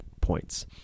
points